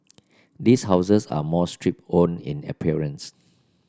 these houses are more stripped own in appearance